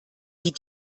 die